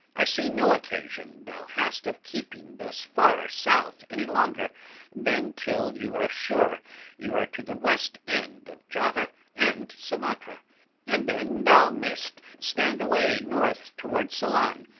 i see no occasion thou hast of keeping thus far south any longer than till you are sure you are to the west end of java and sumatra and then thou mayest stand away north towards ceylon,